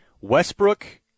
Westbrook